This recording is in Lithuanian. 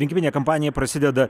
rinkiminė kampanija prasideda